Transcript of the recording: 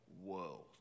world